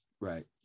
right